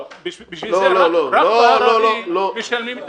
רק בהררי משלמים את התוספת.